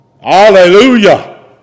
Hallelujah